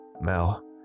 Mel